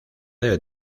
debe